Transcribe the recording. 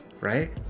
Right